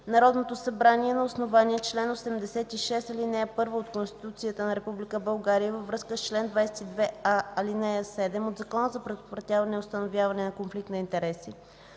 Народното събрание на основание на чл. 86, ал. 1 от Конституцията на Република България, във връзка с чл. 22а, ал. 7 от Закона за предотвратяване и установяване на конфликт на интереси,